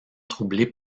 troublée